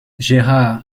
gérard